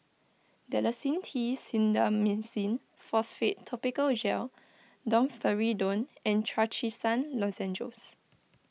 Dalacin T Clindamycin Phosphate Topical Gel Domperidone and Trachisan Lozenges